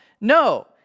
No